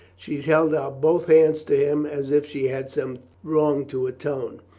she held out both hands to him as if she had some wrong to atone.